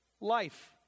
life